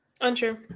Untrue